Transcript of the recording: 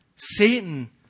Satan